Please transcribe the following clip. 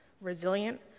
resilient